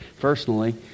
personally